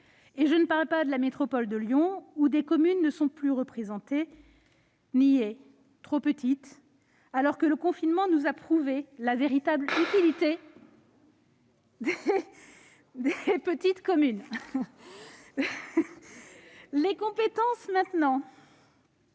Et je ne parle pas de la métropole de Lyon au sein de laquelle certaines communes ne sont plus représentées, niées, trop petites, alors que le confinement nous a prouvé la véritable utilité des petites communes. Parlons des compétences, maintenant.